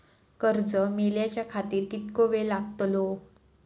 कर्ज मेलाच्या खातिर कीतको वेळ लागतलो?